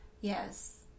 yes